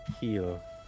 Heal